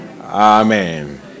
Amen